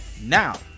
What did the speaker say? Now